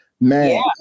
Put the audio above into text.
man